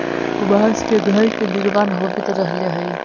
बाँस से घर के निर्माण होवित रहले हई